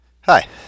hi